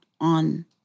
on